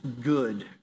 good